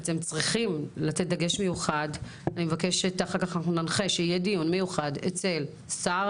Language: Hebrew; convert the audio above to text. אתם צריכים לתת דגש מיוחד שיהיה דיון מיוחד אצל השר